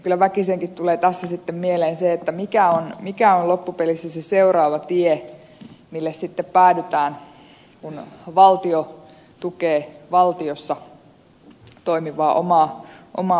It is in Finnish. kyllä väkisinkin tulee tässä sitten mieleen se mikä on loppupelissä se seuraava tie mille sitten päädytään kun valtio tukee valtiossa toimivaa omaa organisaatiotaan